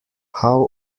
how